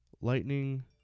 Lightning